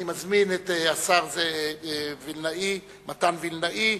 אני מזמין את השר מתן וילנאי,